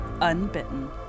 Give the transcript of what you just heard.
Unbitten